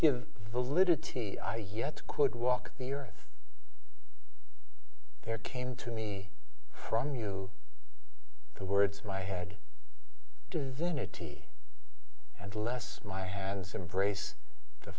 yet could walk the earth there came to me from you the words my head does in a t and less my hands embrace t